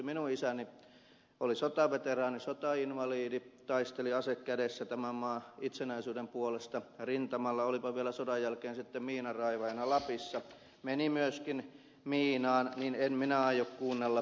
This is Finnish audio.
minun isäni oli sotaveteraani sotainvalidi taisteli ase kädessä tämän maan itsenäisyyden puolesta rintamalla olipa vielä sodan jälkeen sitten miinanraivaajana lapissa meni myöskin miinaan niin en minä aio kuunnella ed